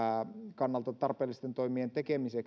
kannalta tarpeellisten toimien tekemistä